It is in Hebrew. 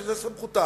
שזו סמכותם,